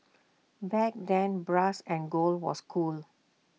back then brass and gold was cool